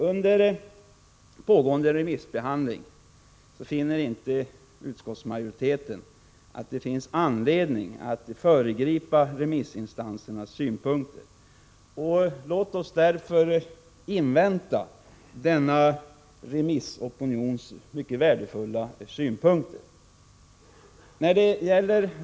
Under pågående remissbehandling finner utskottsmajoriteten att det ej finns anledning att föregripa remissinstansernas synpunkter. Låt oss invänta dessa värdefulla synpunkter.